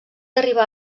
arribar